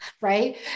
right